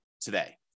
today